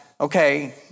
okay